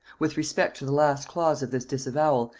with respect to the last clause of this disavowal,